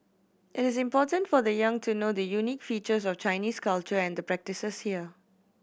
is important for the young to know the unique features of Chinese culture and the practices here